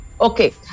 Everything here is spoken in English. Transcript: okay